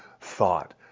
Thought